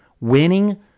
Winning